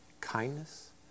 kindness